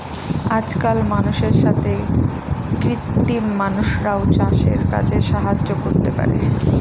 আজকাল মানুষের সাথে কৃত্রিম মানুষরাও চাষের কাজে সাহায্য করতে পারে